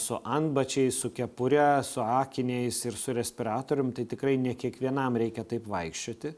su antbačiais su kepure su akiniais ir su respiratorium tai tikrai ne kiekvienam reikia taip vaikščioti